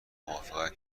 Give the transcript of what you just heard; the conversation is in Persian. موافقت